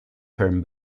term